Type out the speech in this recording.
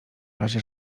razie